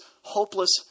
hopeless